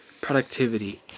productivity